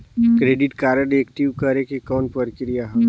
Credit card active करे के कौन प्रक्रिया हवे?